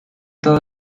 todo